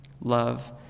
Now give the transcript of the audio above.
love